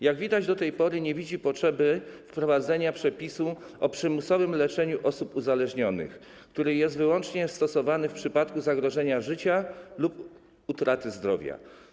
Jak widać, do tej pory nie widzi potrzeby wprowadzenia przepisu o przymusowym leczeniu osób uzależnionych, który jest wyłącznie stosowany w przypadku zagrożenia życia lub utraty zdrowia.